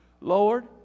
Lord